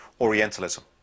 orientalism